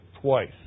twice